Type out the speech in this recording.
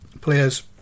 players